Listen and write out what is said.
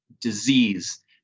disease